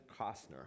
Costner